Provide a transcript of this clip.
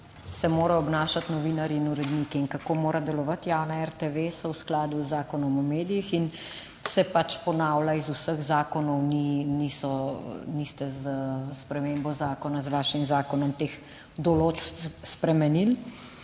se morajo obnašati novinarji in uredniki in kako mora delovati javna RTV so v skladu z Zakonom o medijih in se pač ponavlja iz vseh zakonov, niste s spremembo zakona, z vašim zakonom teh določb spremenili.